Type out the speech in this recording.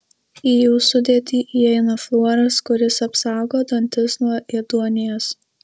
į jų sudėtį įeina fluoras kuris apsaugo dantis nuo ėduonies